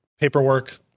paperwork